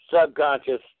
subconscious